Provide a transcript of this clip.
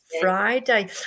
Friday